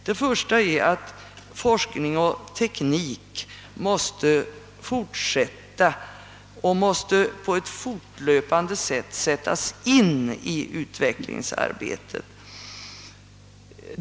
Det första är att forskning och teknik måste fortlöpande utnyttjas i utvecklingsarbetet.